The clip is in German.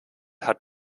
hat